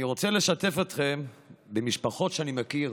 אני רוצה לשתף אתכם במשפחות שאני מכיר,